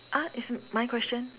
ah it's my question